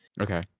okay